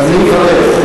אם זה יברך.